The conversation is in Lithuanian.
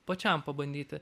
pačiam pabandyti